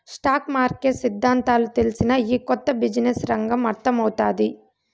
stock market సిద్దాంతాలు తెల్సినా, ఈ కొత్త బిజినెస్ రంగం అర్థమౌతాది